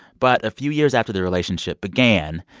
but a few years after the relationship began,